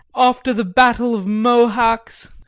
after the battle of mohacs,